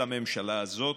אל הממשלה הזאת.